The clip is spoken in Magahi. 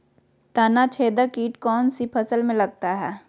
तनाछेदक किट कौन सी फसल में लगता है?